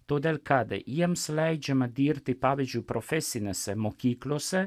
todėl kad jiems leidžiama dirbti pavyzdžiui profesinėse mokyklose